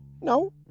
No